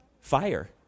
Fire